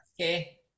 okay